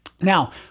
Now